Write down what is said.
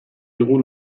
digu